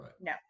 No